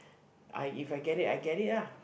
I if I get it I get it lah